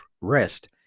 rest